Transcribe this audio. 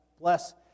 bless